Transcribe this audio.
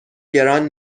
گران